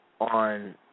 on